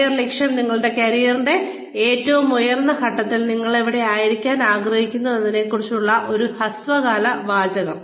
career ലക്ഷ്യം നിങ്ങളുടെ കരിയറിന്റെ ഏറ്റവും ഉയർന്ന ഘട്ടത്തിൽ നിങ്ങൾ എവിടെ ആയിരിക്കാൻ ആഗ്രഹിക്കുന്നു എന്നതിനെക്കുറിച്ചുള്ള ഒരു ഹ്രസ്വമായ വാചകം